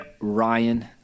Ryan